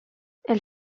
elle